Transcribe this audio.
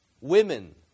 women